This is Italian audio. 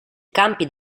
campi